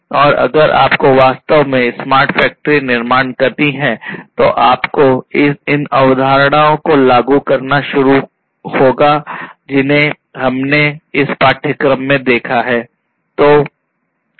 और अगर आपको वास्तव में स्मार्ट फैक्ट्री निर्माण करनी है तो आपको इन अवधारणाओं को लागू करना शुरू करना होगा जिन्हें हमने इस पाठ्यक्रम में देखा है